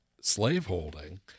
slaveholding